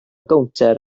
gownter